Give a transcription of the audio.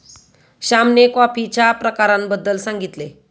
श्यामने कॉफीच्या प्रकारांबद्दल सांगितले